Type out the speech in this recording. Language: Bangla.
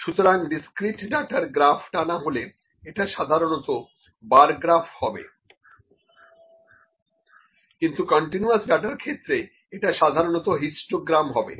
সুতরাং ডিসক্রিট ডাটার গ্রাফ টানা হলে এটা সাধারণতঃ বার গ্রাফ হবে কিন্তু কন্টিনিউয়াস ডাটার ক্ষেত্রে এটা সাধারণতঃ হিস্টোগ্রাম হবে